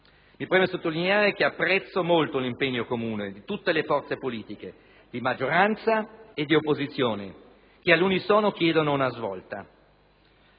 Mi preme sottolineare che apprezzo molto l'impegno comune di tutte le forze politiche di maggioranza e opposizione che all'unisono chiedono una svolta.